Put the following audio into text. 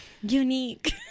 unique